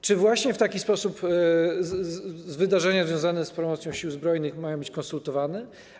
Czy właśnie w taki sposób wydarzenia związane z promocją Sił Zbrojnych mają być konsultowane?